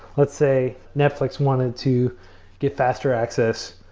let's say netflix wanted to get faster access,